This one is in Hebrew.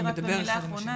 דבר אחרון,